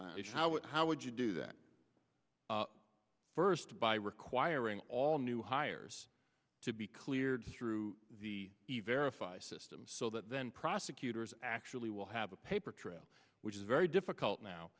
if how how would you do that first by requiring all new hires to be cleared through the event or if i system so that then prosecutors actually will have a paper trail which is very difficult now